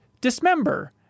dismember